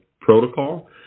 protocol